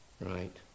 Right